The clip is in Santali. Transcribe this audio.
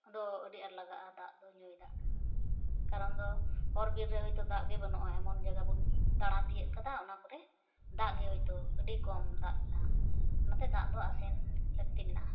ᱩᱱᱫᱚ ᱟᱹᱰᱤ ᱟᱸᱴ ᱞᱟᱜᱟᱜᱼᱟ ᱧᱩ ᱫᱟᱜ ᱠᱟᱨᱚᱱ ᱫᱚ ᱦᱚᱭᱛᱳ ᱦᱚᱨ ᱵᱤᱨᱨᱮ ᱫᱟᱜ ᱵᱟᱹᱱᱩ ᱟ ᱵᱟᱵᱩᱱ ᱫᱟᱬᱟ ᱛᱤᱭᱳᱜ ᱠᱟᱫᱟ ᱚᱱᱟ ᱠᱚᱨᱮ ᱫᱟᱜ ᱜᱤ ᱦᱚᱭᱛᱳ ᱟᱹᱰᱤ ᱠᱚᱢ ᱫᱟᱜ ᱢᱮᱱᱟᱼᱟ ᱚᱱᱟᱛᱮ ᱫᱟᱜ ᱫᱚ ᱟᱥᱮᱱ ᱞᱟᱹᱠᱛᱤ ᱢᱤᱱᱟᱼᱟ